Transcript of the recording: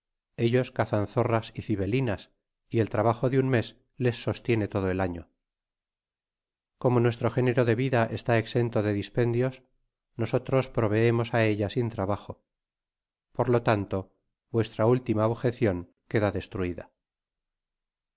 ellos cazan zorras y cibelinas y el trabajo de un mes les sostiene todo el arto como nuestro género de vida esla exento de dispendios nosotros proveemos á ella sin trabajo por lo tanto vuestra última objecion queda destruida